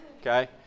Okay